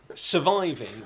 Surviving